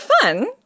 fun